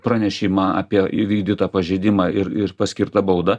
pranešimą apie įvykdytą pažeidimą ir ir paskirtą baudą